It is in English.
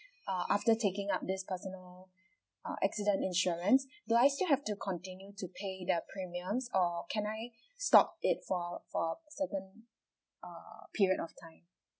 uh after taking up this personal uh accident insurance do I still have to continue to pay the premiums or can I stop it for for certain err period of time